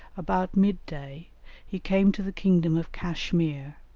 about mid-day he came to the kingdom of cashmere,